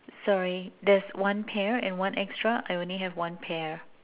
sorry there's one pair and one extra I only have one pair